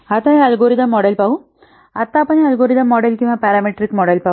आता हे algorithm model पाहू या आत्ता आपण हे अल्गोरिदम मॉडेल किंवा पॅरामीट्रिक मॉडेल पाहू